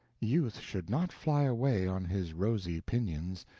youth should not fly away on his rosy pinions,